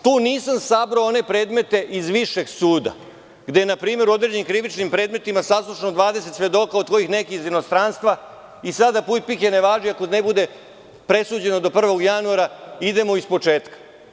Tu nisam sabrao one predmete iz Višeg suda, gde je npr. određenim krivičnim predmetima saslušano 20 svedoka od kojih neki iz inostranstva i sada, puj pike ne važi, ako ne bude presuđeno do 1. januara, idemo iz početka.